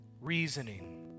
reasoning